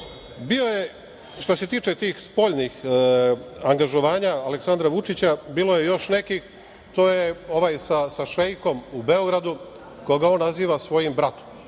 bilo. Što se tiče tih spoljnih angažovanja Aleksandra Vučića, bilo je još nekih. To je ovaj sa šeikom u Beogradu, koga on naziva svojim bratom.